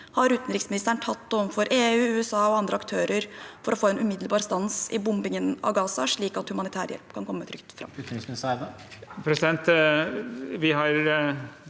har utenriksministeren tatt overfor EU, USA og andre aktører for å få en umiddelbar stans i bombingen av Gaza, slik at humanitær hjelp kan komme trygt fram?